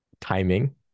timing